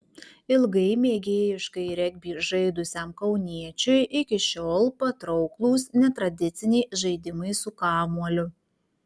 ilgai mėgėjiškai regbį žaidusiam kauniečiui iki šiol patrauklūs netradiciniai žaidimai su kamuoliu